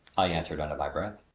i answered under my breath.